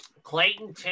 Clayton